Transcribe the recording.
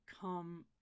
come